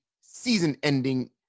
season-ending